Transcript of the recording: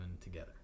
together